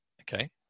Okay